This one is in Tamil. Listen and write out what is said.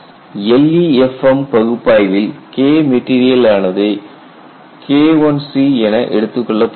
LEFM பகுப்பாய்வில் KMat ஆனது K1C என எடுத்துக்கொள்ளப்படுகிறது